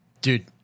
Dude